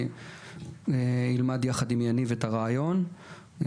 אני אלמד יחד עם יניב את הרעיון ואולי